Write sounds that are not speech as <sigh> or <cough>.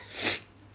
<noise>